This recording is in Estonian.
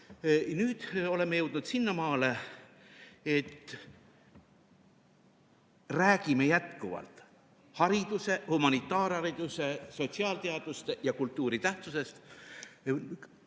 oleme jõudnud sinnamaale, et räägime jätkuvalt hariduse, humanitaarhariduse, sotsiaalteaduste ja kultuuri tähtsusest.